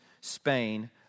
Spain